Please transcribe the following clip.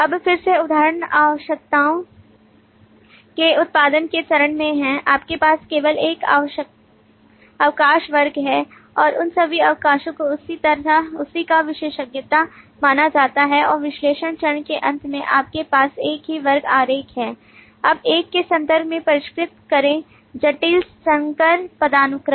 अब फिर से उदाहरण आवश्यकताओं के उत्पादन के चरण में है आपके पास केवल एक अवकाश वर्ग है और उन सभी अवकाशों को उसी का विशेषज्ञता माना जाता है और विश्लेषण चरण के अंत में आपके पास एक ही वर्ग आरेख है अब एक के संदर्भ में परिष्कृत करें जटिल संकर पदानुक्रम